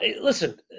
Listen